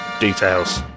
details